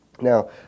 Now